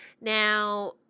Now